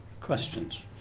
questions